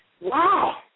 Wow